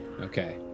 okay